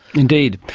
indeed.